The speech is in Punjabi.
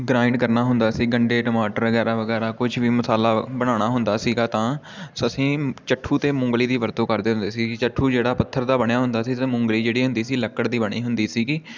ਗ੍ਰਾਇੰਡ ਕਰਨਾ ਹੁੰਦਾ ਸੀ ਗੰਡੇ ਟਮਾਟਰ ਵਗੈਰਾ ਵਗੈਰਾ ਕੁਛ ਵੀ ਮਸਾਲਾ ਬਣਾਉਣਾ ਹੁੰਦਾ ਸੀਗਾ ਤਾਂ ਅਸੀਂ ਚੱਠੂ ਅਤੇ ਮੂੰਗਲੀ ਦੀ ਵਰਤੋਂ ਕਰਦੇ ਹੁੰਦੇ ਸੀ ਚੱਠੂ ਜਿਹੜਾ ਪੱਥਰ ਦਾ ਬਣਿਆ ਹੁੰਦਾ ਸੀ ਅਤੇ ਮੂੰਗਲੀ ਜਿਹੜੀ ਹੁੰਦੀ ਸੀ ਲੱਕੜ ਦੀ ਬਣੀ ਹੁੰਦੀ ਸੀਗੀ